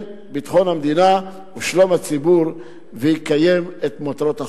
ביטחון המדינה ושלום הציבור ויקיים את מטרות החוק.